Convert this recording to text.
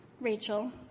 Rachel